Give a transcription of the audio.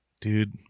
dude